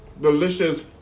delicious